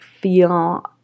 feel